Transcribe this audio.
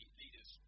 leaders